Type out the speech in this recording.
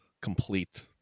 complete